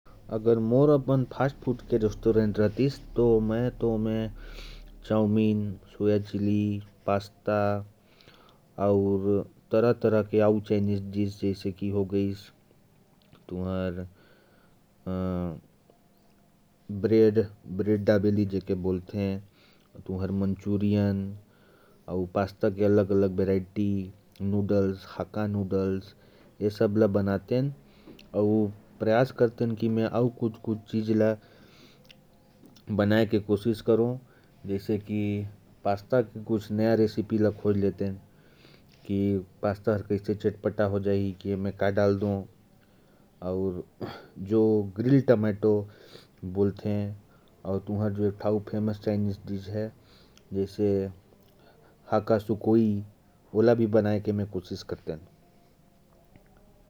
अगर मेरा अपना फास्ट फूड का रेस्टोरेंट होता, तो मैं उसमें चाऊमीन, सोया चिली, पास्ता, और तरह-तरह की अन्य डिशेज जैसे ब्रेड डाबली परोसता। जैसे पास्ता के कोई नया तरीका बना कर खोज लेता। जैसे पास्ता ग्रिल टोमैटो और एक और फेमस चाइनीस डिश हाका, इन्हें बनाने की कोशिश करता।